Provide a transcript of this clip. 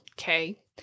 Okay